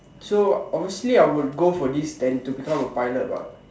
so obviously I would go for this than to become a pilot what